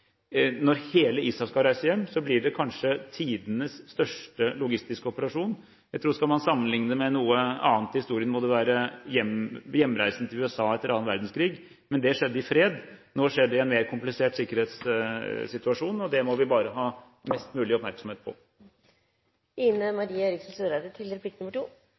Når hele ISAF skal reise hjem, blir det kanskje tidenes største logistiske operasjon. Skal man sammenlikne med noe annet i historien, tror jeg det må være hjemreisen til USA etter annen verdenskrig, men det skjedde i fred. Nå skjer det i en mer komplisert sikkerhetssituasjon, og det må vi bare ha mest mulig oppmerksomhet på.